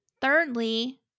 Thirdly